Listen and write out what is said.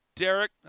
Derek